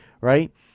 right